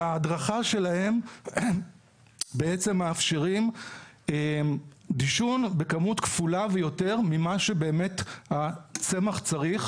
בהדרכה שלהם בעצם מאפשרים דישון בכמות כפולה ויותר ממה שבאמת הצמח צריך,